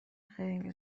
خیلی